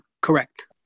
Correct